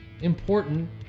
important